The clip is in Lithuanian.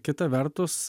kita vertus